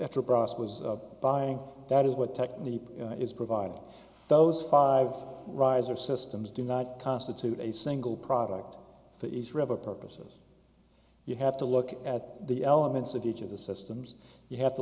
process was buying that is what technique is providing those five riser systems do not constitute a single product for each river purposes you have to look at the elements of each of the systems you have to